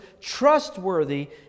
trustworthy